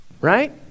right